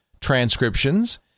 transcriptions